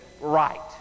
right